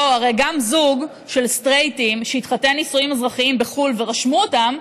הרי גם זוג של סטרייטים שהתחתנו בנישואים אזרחיים בחו"ל ורשמו אותם,